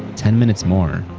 ten minutes more.